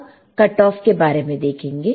अब cut off के बारे में देखेंगे